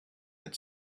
had